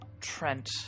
Trent